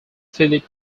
phillip